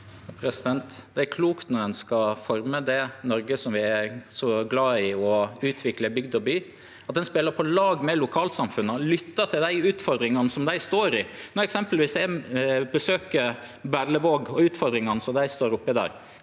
Det er klokt når ein skal forme det Noreg som vi er så glade i, og utvikle bygd og by, at ein spelar på lag med lokalsamfunna, lyttar til dei utfordringane som dei står i. Når eg eksempelvis besøkjer Berlevåg og ser utfordringane som dei står oppi der